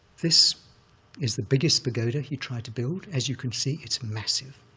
this is the biggest pagoda he tried to build. as you can see, it's massive.